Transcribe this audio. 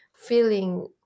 feeling